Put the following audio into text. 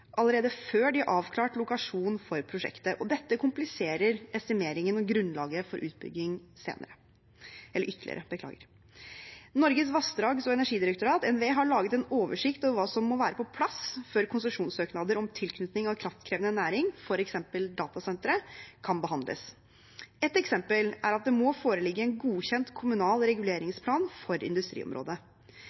allerede før de har avklart lokasjon for prosjektet, og dette kompliserer estimeringen og grunnlaget for utbygging ytterligere. Norges vassdrags- og energidirektorat, NVE, har laget en oversikt over hva som må være på plass før konsesjonssøknader om tilknytning av kraftkrevende næring, f.eks. datasentre, kan behandles. Et eksempel er at det må foreligge en godkjent kommunal reguleringsplan for industriområdet.